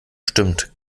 stimmt